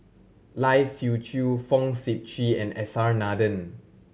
Lai Siu Chiu Fong Sip Chee and S R Nathan